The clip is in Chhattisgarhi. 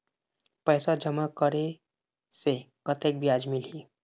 पैसा जमा करे से कतेक ब्याज मिलही?